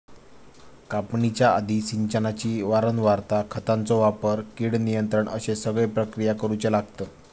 कापणीच्या आधी, सिंचनाची वारंवारता, खतांचो वापर, कीड नियंत्रण अश्ये सगळे प्रक्रिया करुचे लागतत